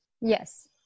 Yes